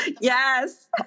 Yes